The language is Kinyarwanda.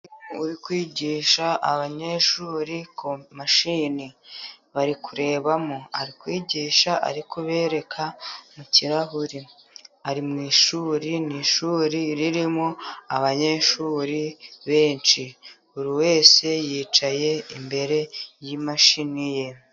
Uri kwigisha abanyeshuri mashini bari kurebamo. Ari kwigisha ari kubereka mu kirahure. Ari mu ishuri, ni ishuri ririmo abanyeshuri benshi, buri wese yicaye imbere y’imashini ye.